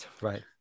Right